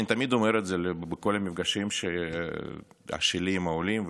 ואני תמיד אומר את זה בכל המפגשים שלי עם העולים,